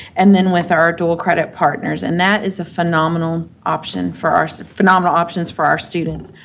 and then with our dual credit partners, and that is a phenomenal option for our so phenomenal options for our students.